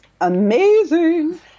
amazing